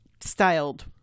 styled